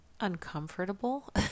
uncomfortable